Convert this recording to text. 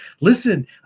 listen